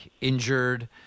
injured